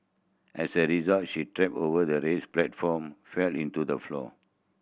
as a result she tripped over the raised platform fell into the floor